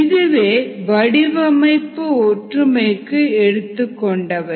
இதுவே வடிவமைப்பு ஒற்றுமைக்கு எடுத்துக் கொண்டவை